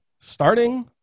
Starting